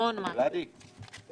אני אנסה להיות